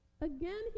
Again